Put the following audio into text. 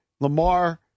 Lamar